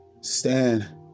Stand